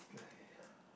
!aiya!